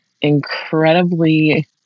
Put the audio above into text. incredibly